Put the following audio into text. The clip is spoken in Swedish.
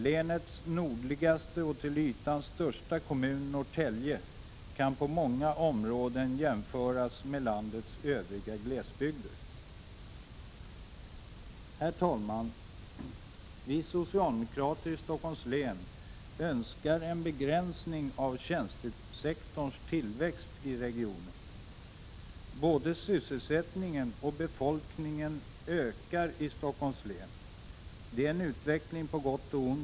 Länets nordligaste och till ytan största kommun, Norrtälje, kan på många områden jämföras med landets övriga glesbygder. Herr talman! Vi socialdemokrater i Stockholms län önskar en begränsning av tjänstesektorns tillväxt i regionen. Både sysselsättningen och befolkningen ökar i Stockholms län. Det är en utveckling på gott och ont.